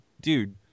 dude